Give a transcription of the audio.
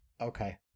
Okay